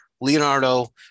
Leonardo